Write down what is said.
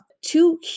two